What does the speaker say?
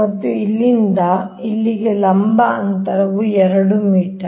ಮತ್ತು ಇಲ್ಲಿಂದ ಇಲ್ಲಿಗೆ ಲಂಬ ಅಂತರವು 2 ಮೀಟರ್